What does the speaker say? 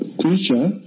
creature